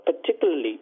particularly